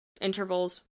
intervals